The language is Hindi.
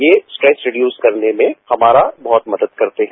ये स्ट्रेस रिडियूज करने में हमारा बहुत मदद करते हैं